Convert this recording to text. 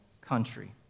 country